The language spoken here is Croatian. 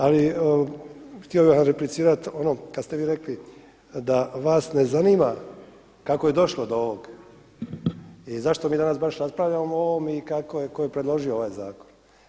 Ali htio bih vam replicirati ono kad ste vi rekli da vas ne zanima kako je došlo do ovog i zašto mi danas baš raspravljamo o ovom i kako, tko je predložio ovaj zakon.